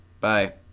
Bye